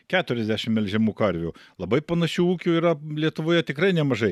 keturiasdešim melžiamų karvių labai panašių ūkių yra lietuvoje tikrai nemažai